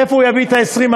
מאיפה הוא יביא את ה-20%?